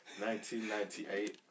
1998